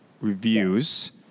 reviews